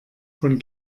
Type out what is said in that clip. von